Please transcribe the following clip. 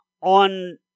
on